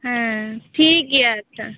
ᱦᱮᱸ ᱴᱷᱤᱠ ᱜᱮᱭᱟ ᱟᱪᱪᱷᱟ